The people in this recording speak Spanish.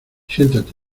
siéntate